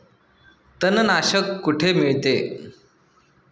तणनाशक कुठे मिळते?